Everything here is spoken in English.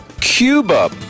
Cuba